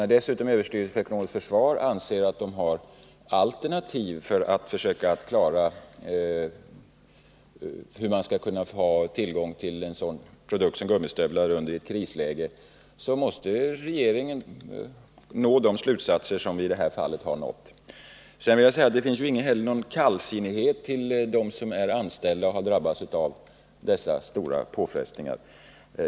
När dessutom överstyrelsen för ekonomiskt försvar anser att — 15 februari 1980 den har alternativ för hur man skall få tillgång till en sådan produkt som gummistövlar i ett krisläge måste regeringen komma fram till de slutsatser som vi i detta fall har gjort. Vi visar inte heller något kallsinne gentemot de anställda som har drabbats av dessa stora påfrestningar.